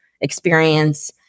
experience